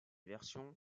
versions